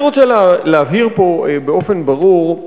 אני רוצה להבהיר פה באופן ברור,